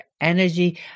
energy